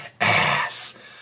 ass